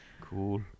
Cool